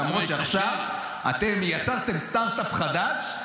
למרות שעכשיו אתם יצרתם סטרטאפ חדש.